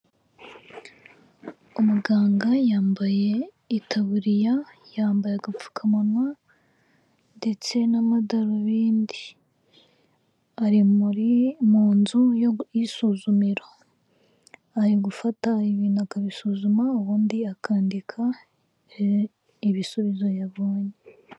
Umuganga yambaye itaburiya yambaye agapfukamunwa ndetse n'amadarubindi, ari muri mu nzu y'isuzumira, ari gufata ibintu akabisuzuma ubundi akandika ibisubizo yabonye.